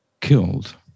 killed